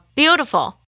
beautiful